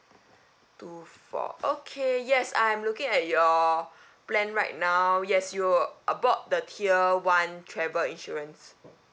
two four okay yes I'm looking at your plan right now yes you uh bought the tier one travel insurance